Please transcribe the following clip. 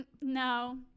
no